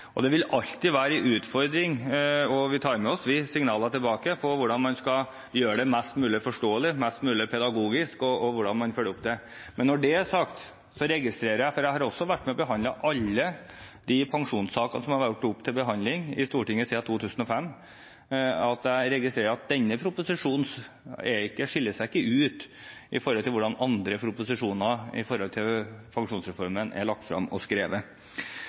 forstå. Det vil alltid være en utfordring, og vi tar med oss signaler tilbake om hvordan man skal gjøre det mest mulig forståelig og pedagogisk, og hvordan man skal følge det opp. Jeg har vært med på å behandle alle de pensjonssakene som har vært til behandling i Stortinget siden 2005, og jeg registrerer at denne proposisjonen ikke skiller seg ut i forhold til hvordan andre proposisjoner om pensjonsreformen er lagt fram og skrevet